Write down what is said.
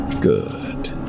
Good